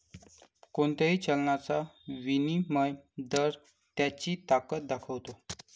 कोणत्याही चलनाचा विनिमय दर त्याची ताकद दाखवतो